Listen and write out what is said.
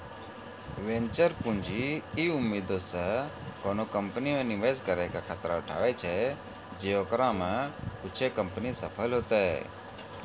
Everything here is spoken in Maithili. वेंचर पूंजी इ उम्मीदो से कोनो कंपनी मे निवेश करै के खतरा उठाबै छै जे ओकरा मे कुछे कंपनी सफल होतै